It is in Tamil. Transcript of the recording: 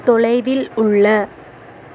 தொலைவில் உள்ள